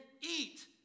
eat